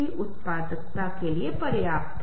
कम आवृत्ति के नोट कम आवृत्ति और उच्च आवृत्ति के नोट